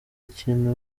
ikintu